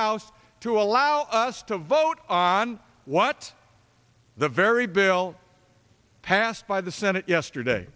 house to allow us to vote on what the very bill passed by the senate yesterday